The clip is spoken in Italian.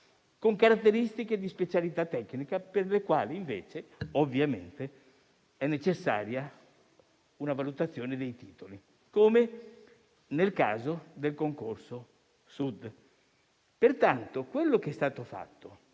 con caratteristiche di specialità tecnica, per i quali invece, ovviamente, è necessaria una valutazione dei titoli, come nel caso del concorso Sud. Pertanto, ciò che è stato fatto,